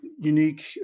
unique